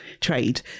trade